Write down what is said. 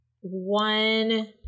one